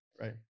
Right